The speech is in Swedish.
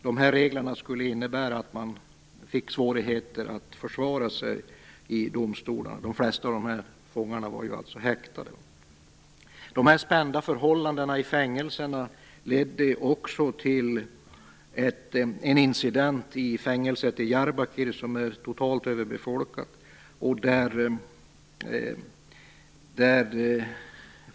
De nya reglerna skulle innebära att fångarna skulle få svårigheter att försvara sig i domstolarna - de flesta fångarna var häktade. De här spända förhållandena i fängelserna ledde också till en incident i fängelset i Diyarbakir, som är totalt överbefolkat.